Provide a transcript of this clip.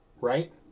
right